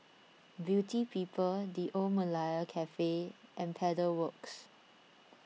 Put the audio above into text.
Beauty People the Old Malaya Cafe and Pedal Works